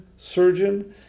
surgeon